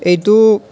এইটো